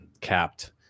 capped